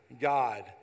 God